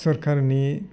सरकारनि